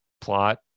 plot